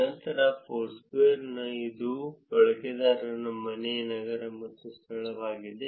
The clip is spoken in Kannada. ನಂತರ ಫೋರ್ಸ್ಕ್ವೇರ ಇದು ಬಳಕೆದಾರರ ಮನೆ ನಗರ ಸ್ಥಳ ಮತ್ತು ಸ್ಥಳವಾಗಿದೆ